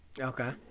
Okay